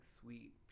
sweet